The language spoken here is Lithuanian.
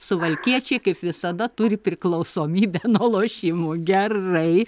suvalkiečiai kaip visada turi priklausomybę nuo lošimo gerai